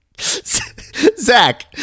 Zach